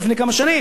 תעשו את זה עכשיו.